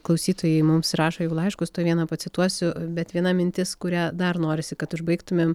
klausytojai mums rašo jau laiškus tuoj vieną pacituosiu bet viena mintis kurią dar norisi kad užbaigtumėm